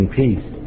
peace